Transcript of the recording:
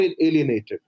alienated